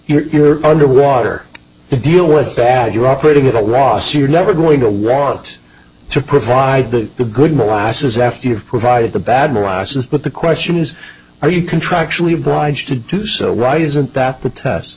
river you're underwater to deal with bad you're operating at a loss you're never going to want to provide that the good molasses after you've provided the bad molasses but the question is are you contractually obliged to do so why isn't that protest